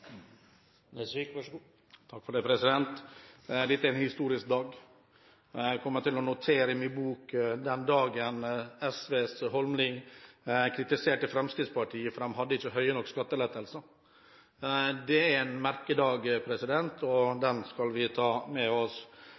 en historisk dag. Jeg kommer til å notere i min bok den dagen SVs Holmelid kritiserte Fremskrittspartiet fordi vi ikke har store nok skattelettelser. Det er en merkedag, og den skal vi ta med oss.